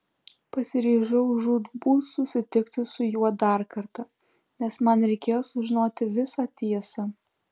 pasiryžau žūtbūt susitikti su juo dar kartą nes man reikėjo sužinoti visą tiesą